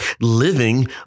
living